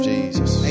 Jesus